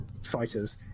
fighters